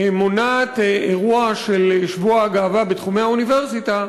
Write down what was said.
מונעת אירוע של שבוע הגאווה בתחומי האוניברסיטה,